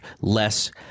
less